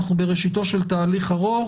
אנחנו בראשיתו של תהליך ארוך,